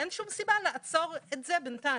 אין שום סיבה לעצור את זה בנתיים.